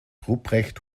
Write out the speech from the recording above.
ruprecht